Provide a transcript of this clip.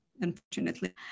unfortunately